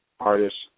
Artists